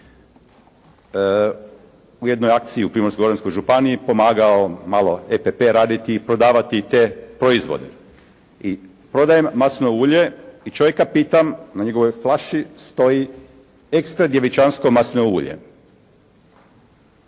u jednoj akciji u Primorsko-Goranskoj županiji pomagao malo EPP raditi i prodavati te proizvode. I prodajem maslinovo ulje i čovjeka pitam, na njegovoj flaši stoji «Ekstra djevičansko maslinovo ulje».